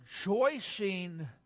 rejoicing